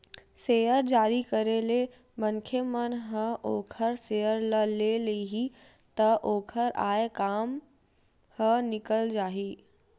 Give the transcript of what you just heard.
share जारी करे ले मनखे मन ह ओखर सेयर ल ले लिही त ओखर आय काम ह निकल जाही